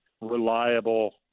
reliable